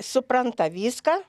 supranta viską